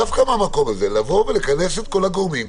דווקא מהמקום הזה לבוא ולכנס את כל הגורמים,